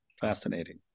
Fascinating